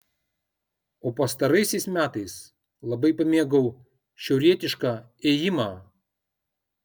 o pastaraisiais metais labai pamėgau šiaurietišką ėjimą